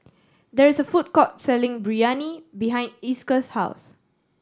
there is a food court selling Biryani behind Esker's house